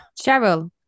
Cheryl